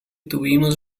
tuvimos